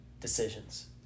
decisions